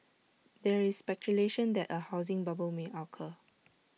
there is speculation that A housing bubble may occur